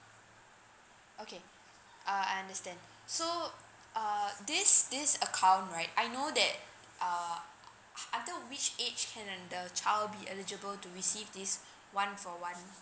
okay uh I understand so err this this account right I know that uh until which age can the child be eligible to receive this one for one